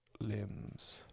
limbs